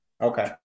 Okay